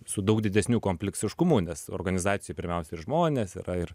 su daug didesniu kompleksiškumu nes organizacijoj pirmiausia ir žmonės yra ir